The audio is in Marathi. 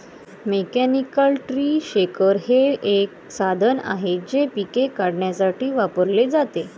मेकॅनिकल ट्री शेकर हे एक साधन आहे जे पिके काढण्यासाठी वापरले जाते